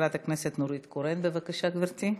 חברת הכנסת נורית קורן, בבקשה, גברתי.